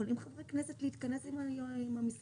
חברי כנסת יכולים להתכנס עם המשרדים.